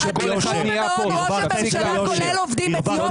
התגבור במעון ראש הממשלה כולל עובדים אתיופיים?